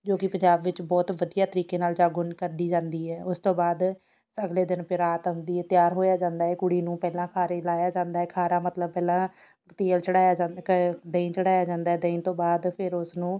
ਜੋ ਕਿ ਪੰਜਾਬ ਵਿੱਚ ਬਹੁਤ ਵਧੀਆ ਤਰੀਕੇ ਨਾਲ ਜਾਗੋ ਨ ਕੱਢੀ ਜਾਂਦੀ ਹੈ ਉਸ ਤੋਂ ਬਾਅਦ ਅਗਲੇ ਦਿਨ ਫਿਰ ਬਰਾਤ ਆਉਂਦੀ ਹੈ ਤਿਆਰ ਹੋਇਆ ਜਾਂਦਾ ਹੈ ਕੁੜੀ ਨੂੰ ਪਹਿਲਾਂ ਖਾਰੇ ਲਾਇਆ ਜਾਂਦਾ ਖਾਰਾ ਮਤਲਬ ਪਹਿਲਾਂ ਤੇਲ ਚੜ੍ਹਾਇਆ ਜਾਂਦਾ ਕ ਦਹੀਂ ਚੜ੍ਹਾਇਆ ਜਾਂਦਾ ਦਹੀਂ ਤੋਂ ਬਾਅਦ ਫਿਰ ਉਸ ਨੂੰ